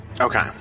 Okay